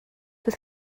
with